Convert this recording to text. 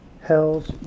Hell's